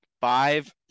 Five